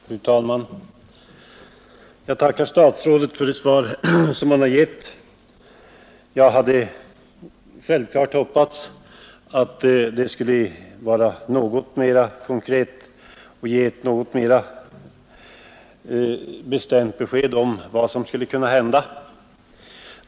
Fru talman! Jag tackar statsrådet för det svar som han givit. Jag hade självklart hoppats att svaret skulle vara något mera konkret och lämna ett mera bestämt besked om vad som skulle kunna hända.